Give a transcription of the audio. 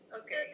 Okay